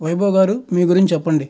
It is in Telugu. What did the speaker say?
వైభవ్ గారు మీ గురించి చెప్పండి